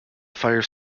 fire